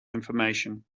information